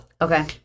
okay